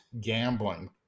gambling